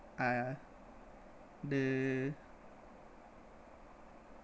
uh the